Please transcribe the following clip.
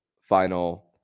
final